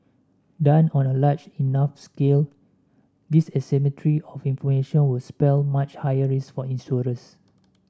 done on a large enough scale this asymmetry of information was spell much higher risk for insurers